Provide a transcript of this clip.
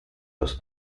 los